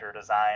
design